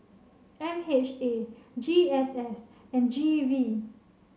M H A G S S and G V